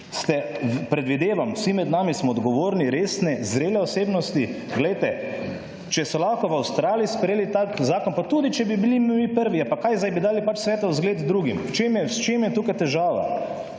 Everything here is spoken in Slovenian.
Ste, predvidevam, vsi med nami smo odgovorni, resni, zrele osebnosti. Poglejte, če so lahko v Avstraliji sprejeli tak zakon, pa tudi če bi bili mi prvi, ja pa kaj sedaj, bi dali pač svetu zgled drugim. V čem je tukaj težava?